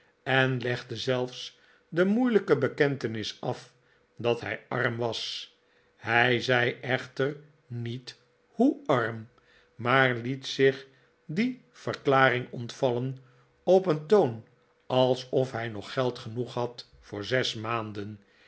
en legde zelfs de moeilijke bekentenis af dat hij arm was hij zei echter niet hoe arm maar liet zich die verklaring ontvallen op een toon alsof hij nog geld genoeg had voor zes maanden